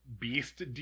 beast